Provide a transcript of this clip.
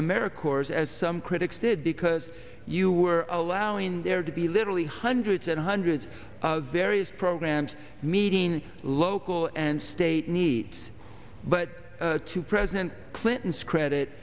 america corps as some critics did because you were allowing there to be literally hundreds and hundreds of various programs meeting local and state needs but to president clinton's credit